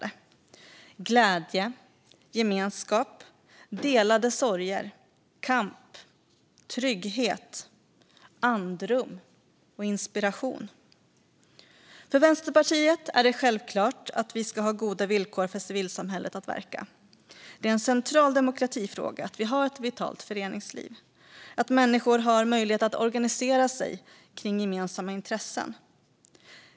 Det kan handla om glädje, gemenskap, delade sorger, kamp, trygghet, andrum och inspiration. För Vänsterpartiet är det självklart att vi ska ha goda villkor för civilsamhället att verka. Det är en central demokratifråga att vi har ett vitalt föreningsliv och att människor har möjlighet att organisera sig kring gemensamma intressen.